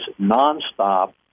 nonstop